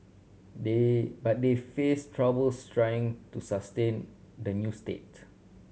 they but they face troubles trying to sustain the new state